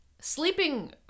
sleeping